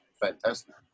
fantastic